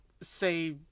say